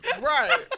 Right